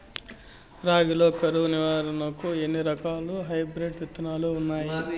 రాగి లో కరువు నివారణకు ఎన్ని రకాల హైబ్రిడ్ విత్తనాలు ఉన్నాయి